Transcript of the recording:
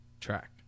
track